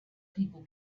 people